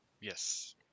yes